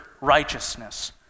righteousness